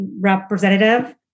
representative